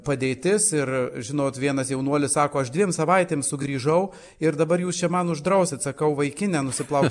padėtis ir žinot vienas jaunuolis sako aš dviem savaitėm sugrįžau ir dabar jūs čia man uždrausit sakau vaikine nusiplauk